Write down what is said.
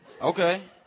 Okay